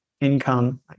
income